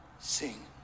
Sing